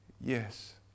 yes